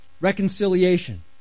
Reconciliation